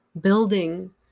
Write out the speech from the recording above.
building